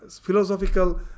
philosophical